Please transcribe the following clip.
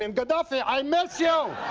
and qaddafi, i miss you.